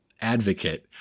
advocate